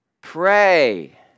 pray